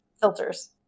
Filters